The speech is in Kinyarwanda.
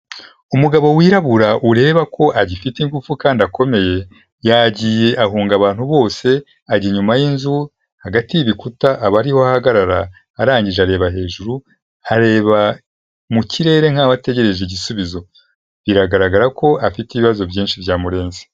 Umugabo wirabura ureba ko agifite ingufu kandi akomeye yagiye ahunga abantu bose ajya inyuma y'inzu hagati y'ibikuta aba ariho ahagarara arangije areba hejuru areba mu kirere nkaho ategereje igisubizo, biragaragara ko afite ibibazo byinshi byamurenze.